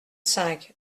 cinq